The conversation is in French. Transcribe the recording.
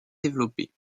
développé